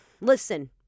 listen